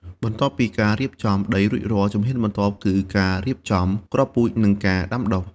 បន្ទាប់ពីការរៀបចំដីរួចរាល់ ជំហានបន្ទាប់គឺការរៀបចំគ្រាប់ពូជ និងការដាំដុះ។